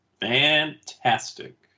fantastic